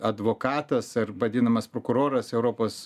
advokatas ar vadinamas prokuroras europos